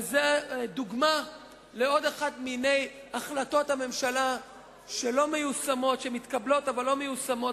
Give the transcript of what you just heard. וזאת דוגמה לעוד אחת מהרבה החלטות ממשלה שמתקבלות אבל לא מיושמות,